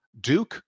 Duke